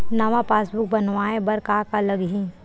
नवा पासबुक बनवाय बर का का लगही?